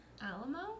alamo